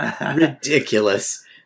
ridiculous